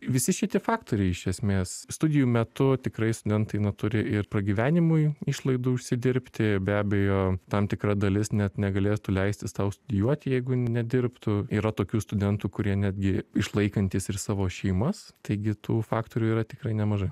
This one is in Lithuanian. visi šitie faktoriai iš esmės studijų metu tikrai studentai na turi ir pragyvenimui išlaidų užsidirbti be abejo tam tikra dalis net negalėtų leisti sau studijuot jeigu nedirbtų yra tokių studentų kurie netgi išlaikantys ir savo šeimas taigi tų faktorių yra tikrai nemažai